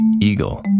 eagle